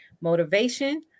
motivation